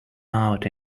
out